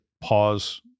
pause